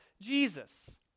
Jesus